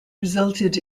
resulted